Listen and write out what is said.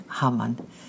Haman